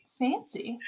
fancy